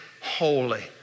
holy